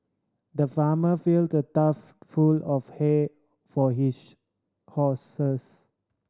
the farmer filled a trough full of hay for his horses